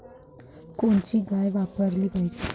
कोनची गाय वापराली पाहिजे?